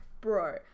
bro